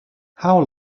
how